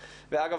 ואגב,